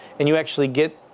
and you actually get,